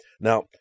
Now